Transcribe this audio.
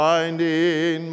Finding